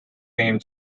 name